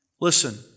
Listen